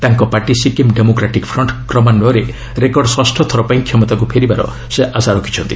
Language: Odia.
ତାଙ୍କ ପାର୍ଟି ସିକିମ୍ ଡେମୋକ୍ରାଟିକ ଫ୍ରଣ୍ଟ କ୍ରମାନୃୟରେ ରେକର୍ଡ ଷଷଥର ପାଇଁ କ୍ଷମତାକୁ ଫେରିବାର ସେ ଆଶା ରଖିଛନ୍ତି